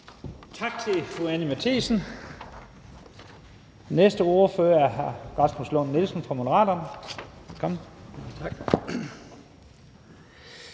Tak til fru Anni Matthiesen. Næste ordfører er hr. Rasmus Lund-Nielsen fra Moderaterne.